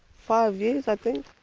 five years i think.